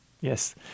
yes